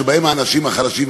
שבהם האנשים החלשים.